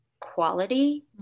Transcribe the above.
quality